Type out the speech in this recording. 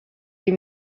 les